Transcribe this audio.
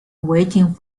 waiting